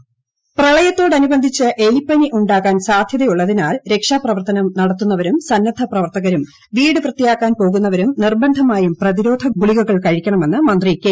എലിപ്പനി ജാഗ്രതാ നിർദ്ദേശം പ്രളയത്തോടനുബന്ധിച്ച് എലിപ്പനി ഉണ്ടാകാൻ സാധ്യതയുള്ള തിനാൽ രക്ഷാപ്രവർത്തനം നടത്തുന്നവരും സന്നദ്ധ പ്രവർത്ത കരും വീട് വൃത്തിയാക്കാൻ പോകുന്നവരും നിർബന്ധമായും പ്രതിരോധ ഗുളികകൾ കഴിക്കണമെന്ന് മന്ത്രി കെ